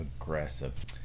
aggressive